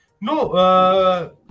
No